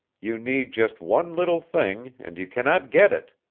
you need just one little thing, and you cannot get it.